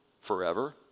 forever